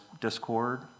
Discord